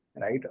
right